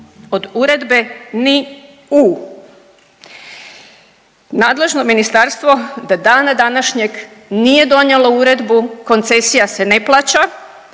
Od uredbe ni U. Nadležno ministarstvo do dana današnjeg nije donijelo uredbu, koncesija se ne plaća,